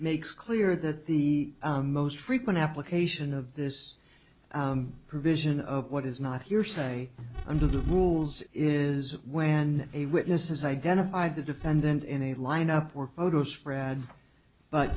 makes clear that the most frequent application of this provision of what is not hearsay under the rules is when a witness is identified the defendant in a lineup were photo spread but